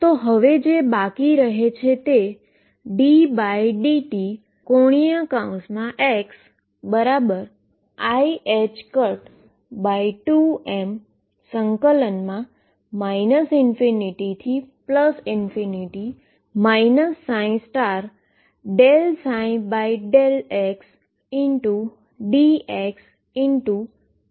હવે જે બાકી રહે છે તે છેddt⟨x⟩iℏ2m ∞ ∂ψ∂xdx×2 છે